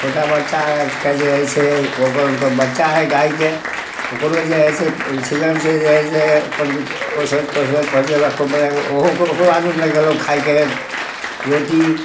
छोटा बच्चा आरके जे हइ से पोसल हुनकर बच्चा हइ गायके ओकरो जे हइ से ओहि सूजन से जे हइ से अपन पचबैत पचबैत पचबैत ओकरा खुब बढ़िऑं जकाँ ओकरो आदत लगेलहुॅं खायके रोटी